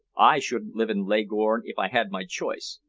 i shouldn't live in leghorn if i had my choice.